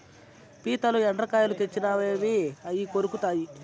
పీతలు, ఎండ్రకాయలు తెచ్చినావేంది అయ్యి కొరుకుతాయి